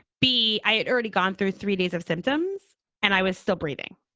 b, i had already gone through three days of symptoms and i was still breathing.